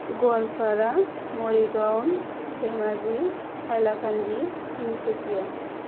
Goalpara Morigaon Dhemaji Hailakandi Tinsukia